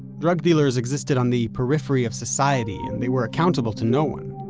drug dealers existed on the periphery of society and they were accountable to no one.